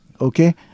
Okay